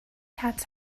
cats